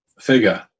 figure